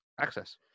access